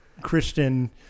Christian